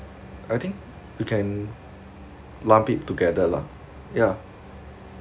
I think you can lump it together lah yeah